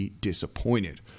disappointed